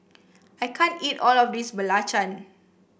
I can't eat all of this Belacan